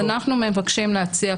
אז אנחנו מבקשים להציע,